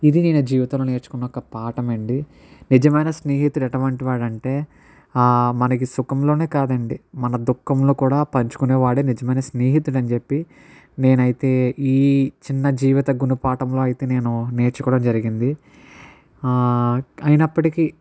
ఇది నేను జీవితంలో నేర్చుకున్న ఒక పాటమండి నిజమైన స్నేహితుడు ఎటువంటి వాడు అంటే మనకి సుఖంలోనే కాదండి మన దుఃఖంలో కూడా పంచుకునే వాడే నిజమైన స్నేహితుడు అని చెప్పి నేను అయితే ఈ చిన్న జీవిత గుణపాఠంలో అయితే నేను నేర్చుకోవడం జరిగింది అయినప్పటికీ